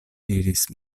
diris